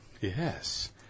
Yes